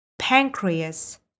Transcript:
Pancreas